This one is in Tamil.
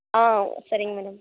ஆ சரிங்க மேடம்